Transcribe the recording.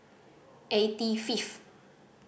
eighty fifth